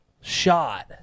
shot